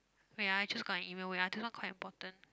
wait ah I just got an email wait ah this one quite important